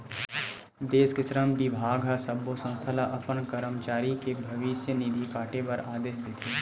देस के श्रम बिभाग ह सब्बो संस्था ल अपन करमचारी के भविस्य निधि काटे बर आदेस देथे